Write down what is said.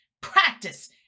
Practice